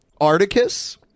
Articus